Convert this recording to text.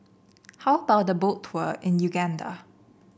how about a Boat Tour in Uganda